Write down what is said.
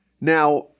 Now